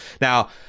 Now